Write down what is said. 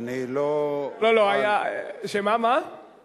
אני מציע לכם לא לעשות צחוק לגמרי מהכנסת.